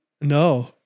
No